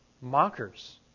mockers